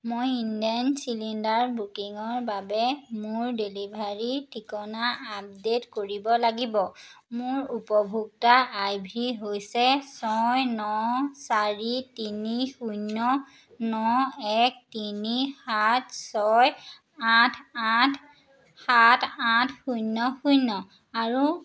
মই ইণ্ডেন চিলিণ্ডাৰ বুকিঙৰ বাবে মোৰ ডেলিভাৰী ঠিকনা আপডে'ট কৰিব লাগিব মোৰ উপভোক্তা আই ভি হৈছে ছয় ন চাৰি তিনি শূন্য ন এক তিনি সাত ছয় আঠ আঠ সাত আঠ শূন্য শূন্য আৰু